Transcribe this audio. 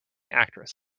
actress